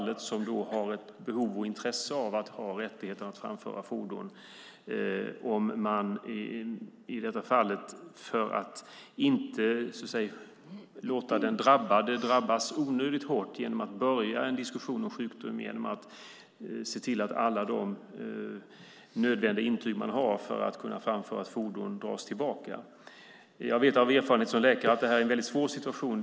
Den sjuke har ett behov och intresse av att ha rättighet att framföra fordon, och det finns en risk för att den drabbade drabbas onödigt hårt om man börjar en diskussion om sjukdom med att se till att alla de nödvändiga intyg man har för att få framföra ett fordon dras tillbaka. Som läkare vet jag av erfarenhet att detta är en väldigt svår situation.